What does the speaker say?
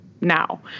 now